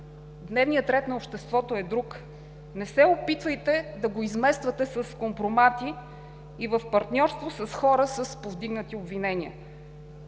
Дневният ред на обществото е друг. Не се опитвайте да го измествате с компромати и в партньорство с хора, с повдигнати обвинения.